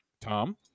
Tom